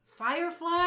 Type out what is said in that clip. Firefly